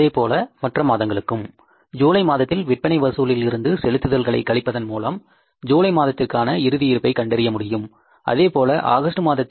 அதேபோல நாம் மற்ற மாதங்களுக்கும் ஜூலை மாதத்தில் விற்பனை வசூலில் இருந்து செலுத்துதல்களை கழிப்பதன் மூலம் ஜூலை மாதத்திற்கான இறுதி இருப்பை கண்டறிய முடியும் அதேபோல ஆகஸ்ட் மாதத்தில்